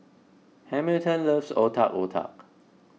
Hamilton loves Otak Otak